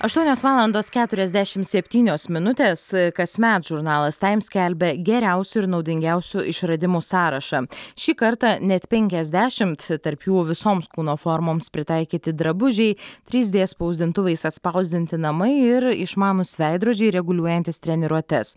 aštuonios valandos keturiasdešim septynios minutės kasmet žurnalas times skelbia geriausių ir naudingiausių išradimų sąrašą šį kartą net penkiasdešimt tarp jų visoms kūno formoms pritaikyti drabužiai trys d spausdintuvais atspausdinti namai ir išmanūs veidrodžiai reguliuojantys treniruotes